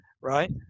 right